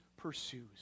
pursues